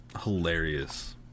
Hilarious